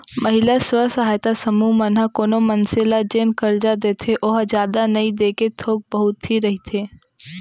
महिला स्व सहायता समूह मन ह कोनो मनसे ल जेन करजा देथे ओहा जादा नइ देके थोक बहुत ही रहिथे